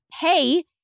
hey